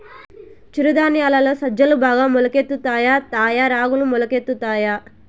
చిరు ధాన్యాలలో సజ్జలు బాగా మొలకెత్తుతాయా తాయా రాగులు మొలకెత్తుతాయా